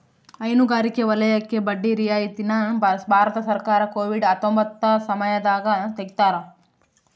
ಹೈನುಗಾರಿಕೆ ವಲಯಕ್ಕೆ ಬಡ್ಡಿ ರಿಯಾಯಿತಿ ನ ಭಾರತ ಸರ್ಕಾರ ಕೋವಿಡ್ ಹತ್ತೊಂಬತ್ತ ಸಮಯದಾಗ ತೆಗ್ದಾರ